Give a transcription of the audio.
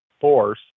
force